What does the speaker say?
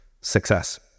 success